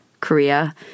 Korea